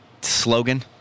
slogan